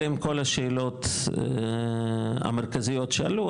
אלו הן כל השאלות המרכזיות שעלו.